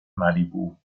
malibu